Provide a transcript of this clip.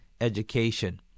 education